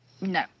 No